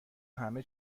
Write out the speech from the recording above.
همه